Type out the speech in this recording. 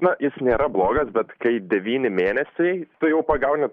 na jis nėra blogas bet kai devyni mėnesiai tu jau pagauni